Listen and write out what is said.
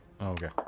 Okay